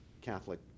Catholic